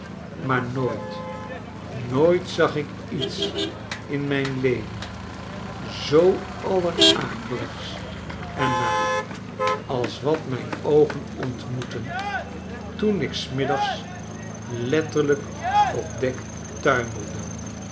maar nooit nooit zag ik iets inmijnleven zoo allerakeligst en naar als wat mijn oogenontmoetten toen ik s middags letterlijk op dck tuimelde